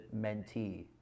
mentee